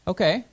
Okay